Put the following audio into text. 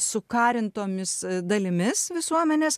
sukarintomis dalimis visuomenės